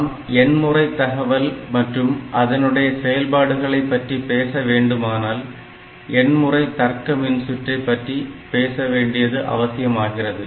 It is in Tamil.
நாம் எண்முறை தகவல் மற்றும் அதனுடைய செயல்பாடுகளைப் பற்றி பேச வேண்டுமானால் எண் முறை தர்க்க மின்சுற்றை பற்றி பேசவேண்டியது அவசியமாகிறது